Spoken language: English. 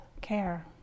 care